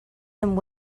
and